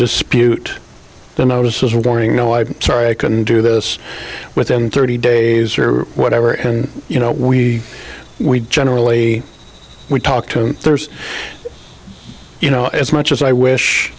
dispute the notices warning no i'm sorry i couldn't do this within thirty days or whatever and you know we we generally we talk to you know as much as i wish